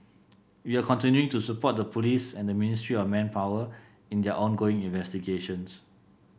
we are continuing to support the police and the Ministry of Manpower in their ongoing investigations